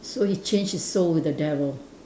so he change his soul with the devil